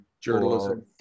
journalism